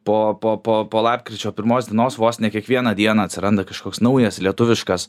po po po po lapkričio pirmos dienos vos ne kiekvieną dieną atsiranda kažkoks naujas lietuviškas